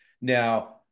Now